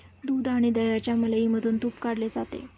दूध आणि दह्याच्या मलईमधून तुप काढले जाते